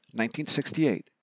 1968